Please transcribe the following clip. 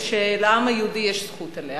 ולעם היהודי יש זכות עליה,